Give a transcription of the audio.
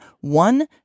One